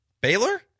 Baylor